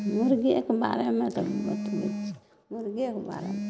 मुर्गेके बारेमे तऽ बतबैत छी मुर्गेके बारेमे